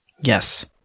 Yes